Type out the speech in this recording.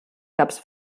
caps